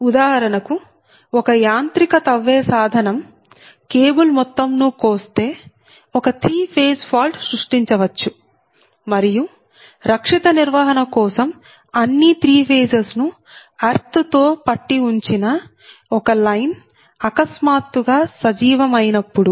ఉదాహరణకు ఒక యాంత్రిక తవ్వే సాధనం కేబుల్ మొత్తం ను కోస్తే ఒక త్రీ ఫేజ్ ఫాల్ట్ సృష్టించవచ్చు మరియు రక్షిత నిర్వహణ కోసం అన్ని త్రీ ఫేజెస్ ను ఎర్త్ తో పట్టి ఉంచిన ఒక లైన్ అకస్మాత్తుగా సజీవం అయినప్పుడు